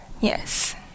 Yes